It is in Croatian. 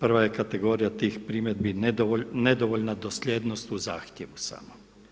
Prva je kategorija tih primjedbi nedovoljna dosljednost u zahtjevu sama.